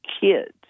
kids